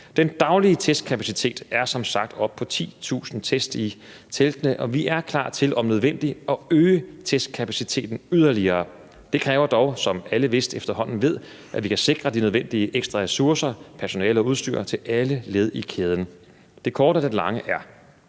Den daglige testkapacitet er som sagt oppe på 10.000 test i teltene, og vi er klar til om nødvendigt at øge testkapaciteten yderligere. Det kræver dog, som alle vist efterhånden ved, at vi kan sikre de nødvendige ekstra ressourcer – personale og udstyr – til alle led i kæden. Det korte af det lange er,